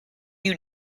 you